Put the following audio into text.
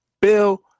Bill